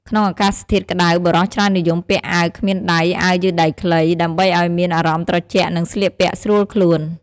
ក្នុងអាកាសធាតុក្ដៅ បុរសច្រើននិយមពាក់អាវគ្មានដៃអាវយឺតដៃខ្លី ដើម្បីឱ្យមានអារម្មណ៍ត្រជាក់និងស្លៀកពាក់ស្រួលខ្លួន។